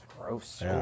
Gross